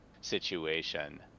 situation